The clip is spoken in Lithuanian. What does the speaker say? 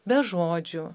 be žodžių